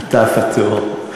אתה פטור.